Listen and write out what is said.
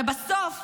בשביל